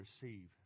receive